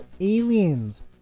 Aliens